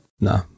No